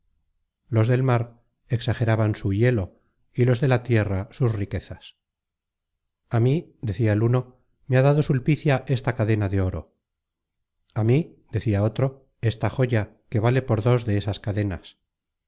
los del mar exageraban su hielo y los de la tierra sus riquezas a mí decia el uno me ha dado sulpicia esta cadena de oro a mí decia otro esta joya que vale por dos de esas cadenas